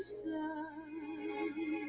sun